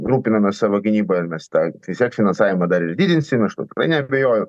rūpinamės savo gynyba ir mes tą vis tiek finansavimą dar ir didinsim aš tuo tikrai neabejoju